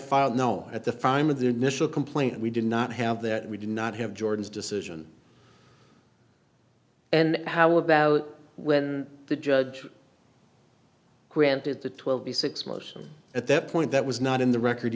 filed no at the fine of the initial complaint we did not have that we did not have jordan's decision and how about when the judge granted the twelve b six motion at that point that was not in the record